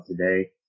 today